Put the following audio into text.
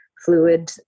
fluid